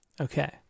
Okay